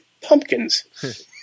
pumpkins